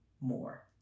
more